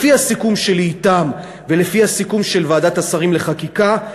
לפי הסיכום שלי אתם ולפי הסיכום של ועדת השרים לחקיקה,